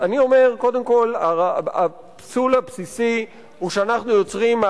אבל כל פגיעה שנעשית בציבורים האלה,